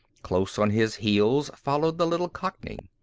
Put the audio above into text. close on his heels followed the little cockney.